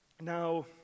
Now